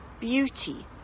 beauty